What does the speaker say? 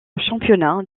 championnat